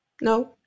No